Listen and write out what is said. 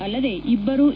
ಅಲ್ಲದೆ ಇಬ್ಬರು ಎ